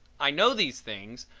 i know these things,